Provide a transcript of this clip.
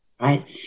right